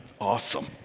Awesome